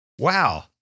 Wow